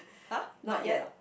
!huh! not yet ah